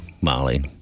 Molly